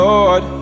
Lord